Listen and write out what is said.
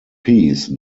piece